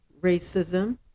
racism